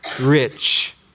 rich